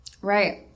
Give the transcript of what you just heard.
Right